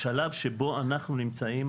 בשלב שבו אנחנו נמצאים,